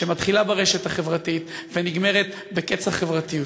שמתחילה ברשת החברתית ונגמרת בקץ החברתיות.